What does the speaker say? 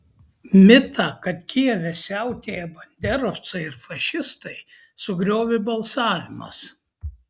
mitą kad kijeve siautėja banderovcai ir fašistai sugriovė balsavimas